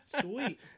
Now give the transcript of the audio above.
Sweet